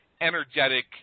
energetic